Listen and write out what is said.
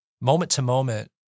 moment-to-moment